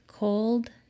Cold